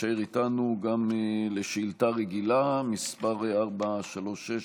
תישאר איתנו גם לשאילתה רגילה מס' 436,